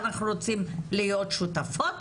אנחנו רוצים להיות שותפות